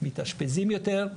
מתאשפזים יותר,